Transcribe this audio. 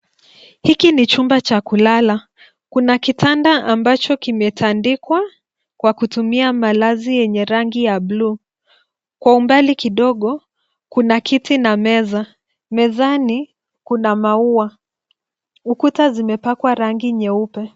Hiki ni chumba cha kulala. Kuna kitanda ambacho kimetandikwa kwa kutumia malazi yenye rangi ya bluu. Kwa umbali kidogo, kuna kiti na meza. Mezani kuna maua. Ukuta zimepakwa rangi nyeupe.